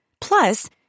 Plus